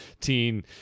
teen